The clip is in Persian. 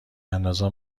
اندازان